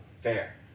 Fair